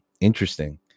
Interesting